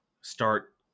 start